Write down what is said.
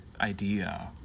idea